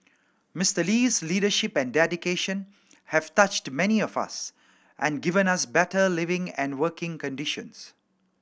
Mister Lee's leadership and dedication have touched many of us and given us better living and working conditions